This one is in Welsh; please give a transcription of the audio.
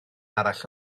arall